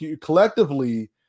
collectively